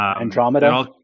Andromeda